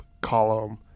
column